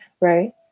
right